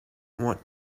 want